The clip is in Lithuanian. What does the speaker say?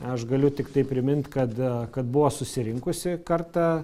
aš galiu tiktai primint kad kad buvo susirinkusi kartą